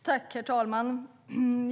Herr talman!